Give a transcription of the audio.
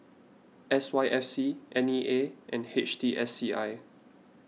S Y F C N E A and H T S C I